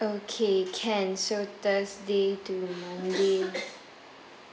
okay can so thursday to monday